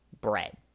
bread